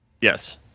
yes